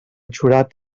jurat